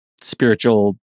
spiritual